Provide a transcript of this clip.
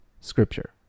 scripture